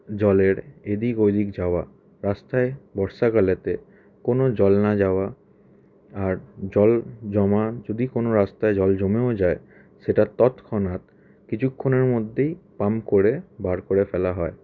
জলের এদিক ওদিক যাওয়া রাস্তায় বর্ষাকালেতে কোনো জল না যাওয়া আর জল জমা যদি কোনো রাস্তায় জল জমেও যায় সেটা তৎক্ষণাৎ কিছুক্ষণের মধ্যেই পাম্প করে বার করে ফেলা হয়